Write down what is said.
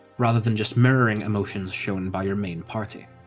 rather than just mirroring emotions shown by your main party.